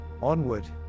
Onward